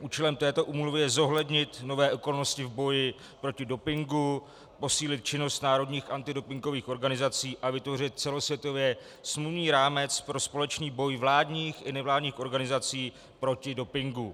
Účelem této úmluvy je zohlednit nové okolnosti v boji proti dopingu, posílit činnost národních antidopingových organizací a vytvořit celosvětově smluvní rámec pro společný boj vládních i nevládních organizací proti dopingu.